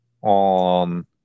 on